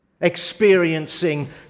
experiencing